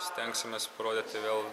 stengsimės parodyti vėl